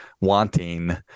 wanting